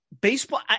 baseball